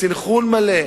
בסנכרון מלא,